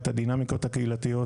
את הדינמיקות הקהילתיות,